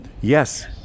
Yes